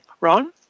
Ron